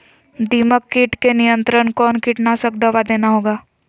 दीमक किट के नियंत्रण कौन कीटनाशक दवा देना होगा?